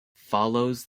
follows